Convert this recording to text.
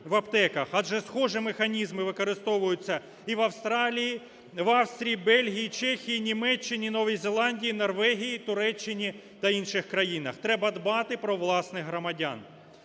адже схожі механізми використовуються і Австралії, в Австрії, Бельгії, Чехії, Німеччині, Новій Зеландії, Норвегії, Туреччині та інших країнах. Треба дбати про власних громадян.